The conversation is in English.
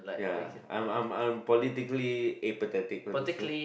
ya I'm I'm I'm politically apathetic previously